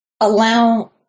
allow